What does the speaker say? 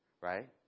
right